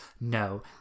No